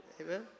Amen